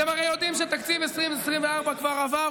אתם הרי יודעים שתקציב 2024 כבר עבר,